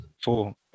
Four